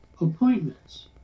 appointments